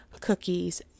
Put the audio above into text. Cookies